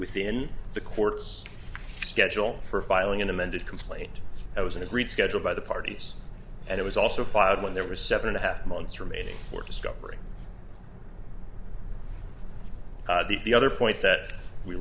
within the court's schedule for filing an amended complaint that was an agreed schedule by the parties and it was also filed when there were seven and a half months remaining for discovery the other point that we